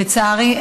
לצערי,